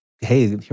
hey